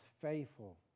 faithful